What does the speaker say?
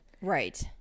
right